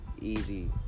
easy